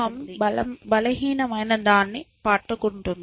సింహం బలహీనమైనదాన్ని పట్టుకుంటుంది